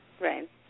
Right